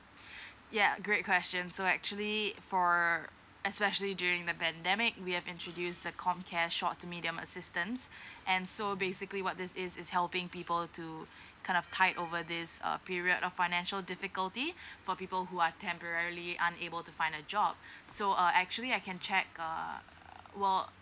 yeah great question so actually for especially during the pandemic we have introduced the comcare short to medium assistance and so basically what this is is helping people to kind of tide over this uh period of financial difficulty for people who are temporary unable to find a job so uh actually I can check err